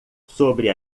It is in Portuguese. sobre